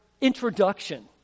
introduction